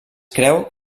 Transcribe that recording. creu